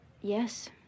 yes